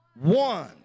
one